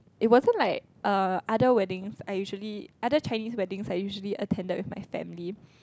it wasn't like uh other weddings I usually other Chinese weddings I usually attended with my family